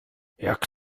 jak